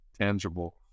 tangible